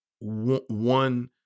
one